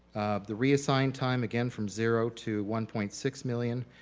the reassigned time again from zero to one point six million,